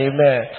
Amen